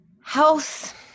Health